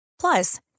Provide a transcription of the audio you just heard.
Plus